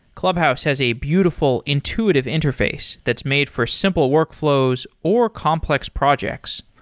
clubhouse has a beautiful intuitive interface that's made for simple workflows or complex projects.